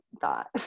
thought